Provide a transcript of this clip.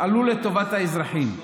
תפעלו לטובת האזרחים.